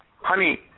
honey